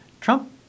Trump